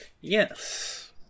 Yes